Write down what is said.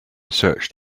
searched